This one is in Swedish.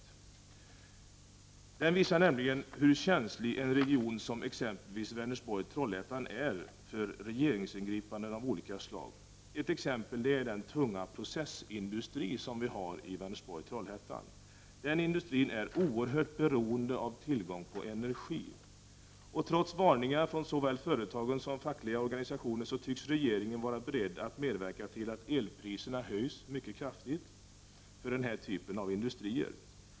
Här visar det sig nämligen hur känslig en region som exempelvis Vänersborg-Trollhättan är för regeringsingripanden av olika slag. Ett exempel är den tunga processindustri som finns i Vänersborg-Trollhättan. Denna industri är oerhört beroende av tillgång på energi. Trots varningar från såväl företag som fackliga organisationer tycks regeringen vara beredd att medverka till att elpriserna höjs mycket kraftigt för den här typen av industrier.